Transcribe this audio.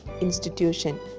institution